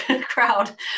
crowd